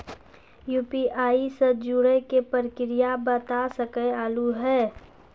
UPI से जुड़े के प्रक्रिया बता सके आलू है?